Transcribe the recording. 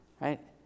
right